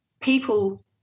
people